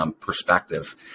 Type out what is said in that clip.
perspective